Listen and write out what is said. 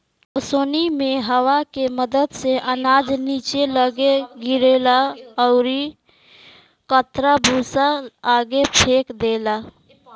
ओसौनी मे हवा के मदद से अनाज निचे लग्गे गिरेला अउरी कन्ना भूसा आगे फेंक देला